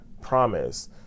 promise